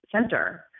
center